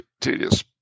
tedious